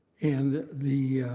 and the